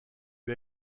lui